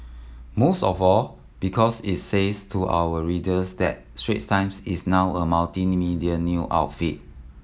most of all because it says to our readers that Swiss Times is now a multimedia new outfit